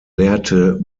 lehrte